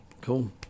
cool